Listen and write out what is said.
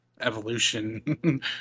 evolution